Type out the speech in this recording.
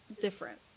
Different